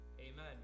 Amen